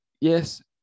yes